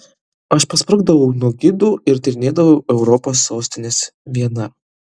aš pasprukdavau nuo gidų ir tyrinėdavau europos sostines viena